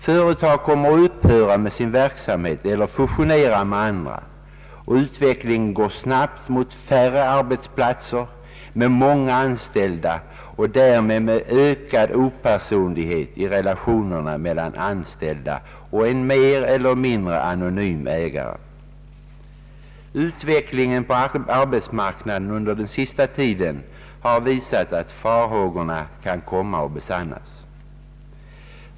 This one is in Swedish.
Företag kommer att upphöra med sin verksamhet eller fusioneras med andra, och utvecklingen går snabbt mot färre arbetsplatser med många anställda och därmed ökad opersonlighet i relationerna mellan anställda och en mer eller mindre anonym ägare. Utvecklingen på arbetsmarknaden under den senaste tiden har visat att farhågorna kan komma att besannas.